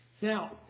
Now